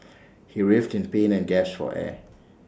he writhed in pain and gasped for air